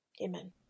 Amen